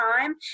time